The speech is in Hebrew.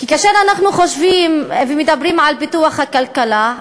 כי כאשר אנחנו חושבים ומדברים על פיתוח הכלכלה,